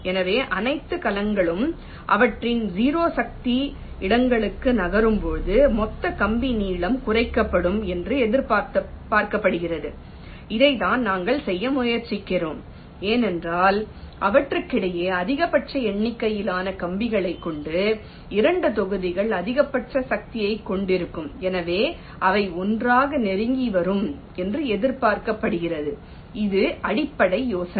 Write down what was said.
எனவே அனைத்து கலங்களும் அவற்றின் 0 சக்தி இடங்களுக்கு நகரும்போது மொத்த கம்பி நீளம் குறைக்கப்படும் என்று எதிர்பார்க்கப்படுகிறது இதைத்தான் நாங்கள் செய்ய முயற்சிக்கிறோம் ஏனென்றால் அவற்றுக்கிடையே அதிகபட்ச எண்ணிக்கையிலான கம்பிகளைக் கொண்ட இரண்டு தொகுதிகள் அதிகபட்ச சக்தியைக் கொண்டிருக்கும் எனவே அவை ஒன்றாக நெருங்கி வரும் என்று எதிர்பார்க்கப்படுகிறது இது அடிப்படை யோசனை